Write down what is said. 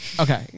Okay